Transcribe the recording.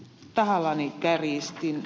tahallani kärjistin